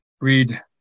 read